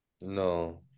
No